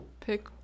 pick